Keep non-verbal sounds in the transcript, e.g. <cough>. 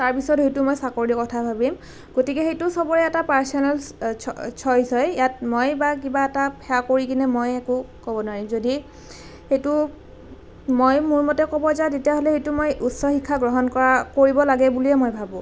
তাৰপিছত হয়তো মই চাকৰিৰ কথা ভাবিম গতিকে সেইটো সবৰে এটা পাৰ্ছনেল চইজ হয় ইয়াত মই বা কিবা এটা <unintelligible> কৰি কিনে মই একো ক'ব নোৱাৰিম যদি সেইটো মই মোৰ মতে ক'ব যাওঁ তেতিয়াহ'লে সেইটো মই উচ্চ শিক্ষা গ্ৰহণ কৰা কৰিব লাগে বুলিয়েই মই ভাবোঁ